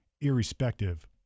irrespective